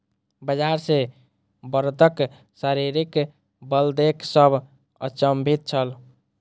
बजार मे बड़दक शारीरिक बल देख सभ अचंभित छल